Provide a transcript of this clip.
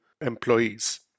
employees